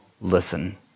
listen